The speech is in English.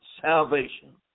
salvation